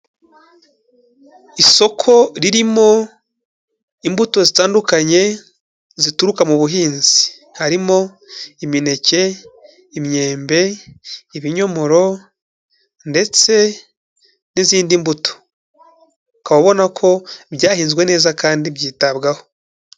Isoko ririmo imbuto zitandukanye zituruka mu buhinzi, harimo imineke, imyembe, ibinyomoro ndetse n'izindi mbuto. Ukaba ubona ko byahinzwe neza kandi byitabwaho.